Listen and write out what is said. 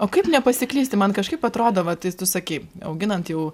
o kaip nepasiklysti man kažkaip atrodo va tai tu sakei auginant jau